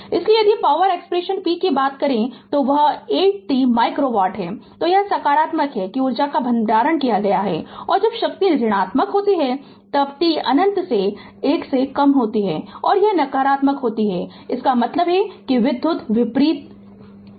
इसलिए यदि power expression p की बात करें तो वह 8 t माइक्रो वॉट है तो यह सकारात्मक है कि ऊर्जा का भंडारण किया जा रहा है और जब शक्ति ऋणात्मक होती है जब t अनंत से 1 से कम होती है तो यह नकारात्मक होती है इसका मतलब है कि विधुत वितरित हो रही है